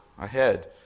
ahead